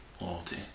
Loyalty